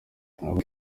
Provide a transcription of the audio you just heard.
aba